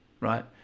Right